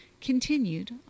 continued